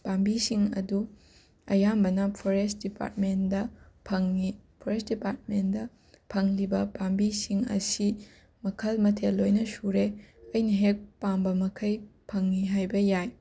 ꯄꯥꯝꯕꯤꯁꯤꯡ ꯑꯗꯨ ꯑꯌꯥꯝꯕꯅ ꯐꯣꯔꯦꯁ ꯗꯤꯄꯥꯔꯠꯃꯦꯟꯗ ꯐꯪꯏ ꯐꯣꯔꯦꯁ ꯗꯤꯄꯥꯔꯠꯃꯦꯟꯗ ꯐꯪꯂꯤꯕ ꯄꯥꯝꯕꯤꯁꯤꯡ ꯑꯁꯤ ꯃꯈꯜ ꯃꯊꯦꯜ ꯂꯣꯏꯅ ꯁꯨꯔꯦ ꯑꯩꯅ ꯍꯦꯛ ꯄꯥꯝꯕ ꯃꯈꯩ ꯐꯪꯉꯤ ꯍꯥꯏꯕ ꯌꯥꯏ